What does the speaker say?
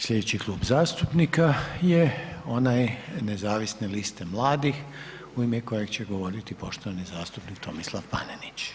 Slijedeći klub zastupnika je onaj Nezavisne liste mladih u ime kojeg će govoriti poštovani zastupnik Tomislav Paneninć.